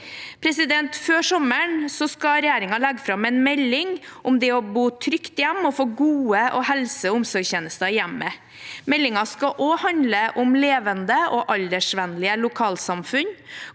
Før sommeren skal regjeringen legge fram en melding om det å bo trygt hjemme og få gode helse- og om sorgstjenester i hjemmet. Meldingen skal også handle om levende og aldersvennlige lokalsamfunn,